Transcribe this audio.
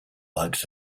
likes